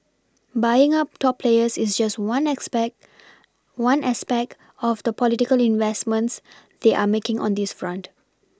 buying up top players is just one expect one aspect of the political investments they are making on this front